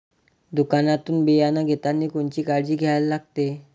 दुकानातून बियानं घेतानी कोनची काळजी घ्या लागते?